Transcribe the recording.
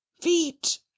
feet